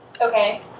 okay